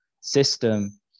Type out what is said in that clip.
system